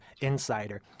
insider